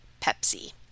Pepsi